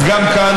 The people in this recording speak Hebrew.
אז גם כאן,